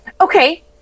Okay